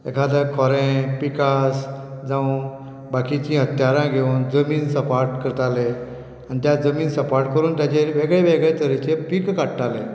एकादर खोरें पिकास जावं बाकीचीं हत्त्यारां घेवन जमीन सपाट करताले आनी त्या जमीन सपाट करून ताजेर वेगळे वेगळे तरेचें पीक काडटाले